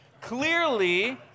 Clearly